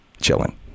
chilling